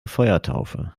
feuertaufe